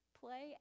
Play